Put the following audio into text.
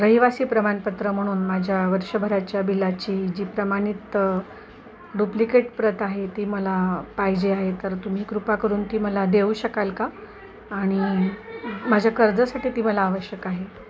रहिवासी प्रमाणपत्र म्हणून माझ्या वर्षभराच्या बिलाची जी प्रमाणित डुप्लिकेट प्रत आहे ती मला पाहिजे आहे तर तुम्ही कृपा करून ती मला देऊ शकाल का आणि माझ्या कर्जासाठी ती मला आवश्यक आहे